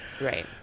Right